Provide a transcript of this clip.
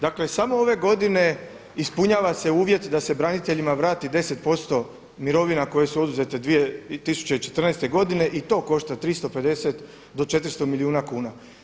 Dakle samo ove godine ispunjava se uvjet da se braniteljima vrati 10% mirovina koje su oduzete 2014. godine i to košta 350 do 400 milijuna kuna.